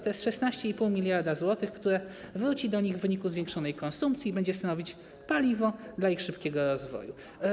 To jest 16,5 mld zł, które wróci do nich w wyniku zwiększonej konsumpcji i będzie stanowić paliwo dla ich szybkiego rozwoju.